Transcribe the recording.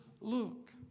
look